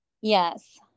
Yes